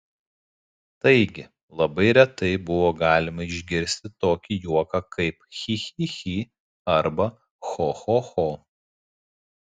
taigi labai retai buvo galima išgirsti tokį juoką kaip chi chi chi arba cho cho cho